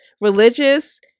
religious